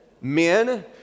men